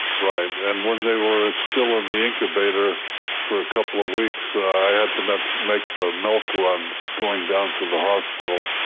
right and when they were still in the incubator for a couple of weeks, i had to make the milk run going down to the hospital.